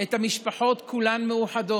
את המשפחות כולן מאוחדות,